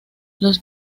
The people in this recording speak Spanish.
los